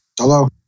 Hello